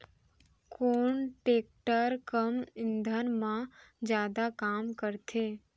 कोन टेकटर कम ईंधन मा जादा काम करथे?